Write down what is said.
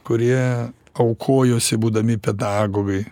kurie aukojosi būdami pedagogai